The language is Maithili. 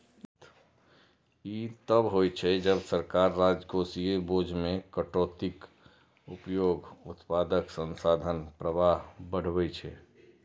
ई तब होइ छै, जब सरकार राजकोषीय बोझ मे कटौतीक उपयोग उत्पादक संसाधन प्रवाह बढ़बै छै